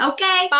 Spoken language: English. Okay